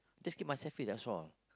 just keep myself fit that's all